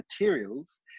materials